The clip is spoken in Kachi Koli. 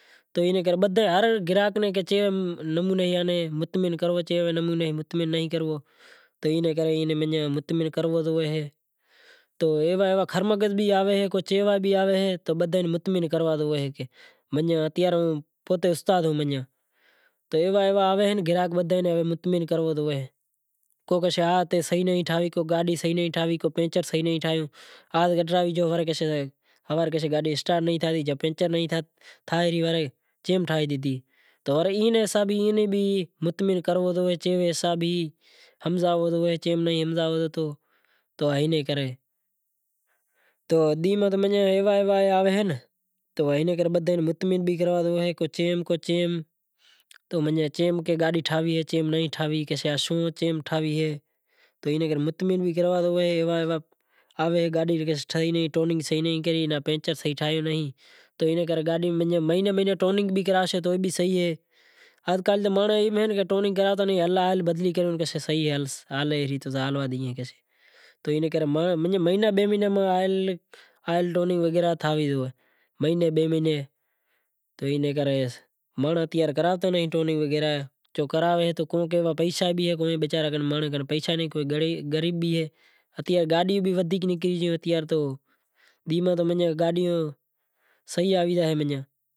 تو بدہے ہر گراہک نیں چیں نمونے مطعمن کرووں تو چیم نمونے مطعمن نہیں کروو تو اینے کرے مطعمن بھی کرووں اہے تو ایوا ایوا خر مغز بھی آووے ہیں تو ایوا بھی آوے ہیں تو بدہاں نوں مطعمن کرروں تو ہے، کو کہے گاڈی صحیح نہیں ٹھائی تو کوئی پنچر صحیح نہیں ٹھائیو، ہاز کڈھرائی گیو تو ہوارے کہیسے کہ گاڈی اسٹارٹ نہیں تھئی تو پنچر صحیح نہیں تھیا ورے کیم ٹھائے ڈنی تو اینی حساب بھی مطعمن کروو پڑے تو ڈینہں میں ایوا ایوا آوی تو کہیسیں شوں چیم ٹھائی اہے تو اینے کرے مطعمن کروو اہے ٹوننگ صحیح نہیں ٹھائی پنچر صحیح نہیں ٹھائیو تو اینو کرے مہینا بئے مہینے ماں آئل ٹیوننگ تھئے۔